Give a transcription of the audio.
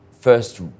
first